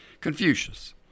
Confucius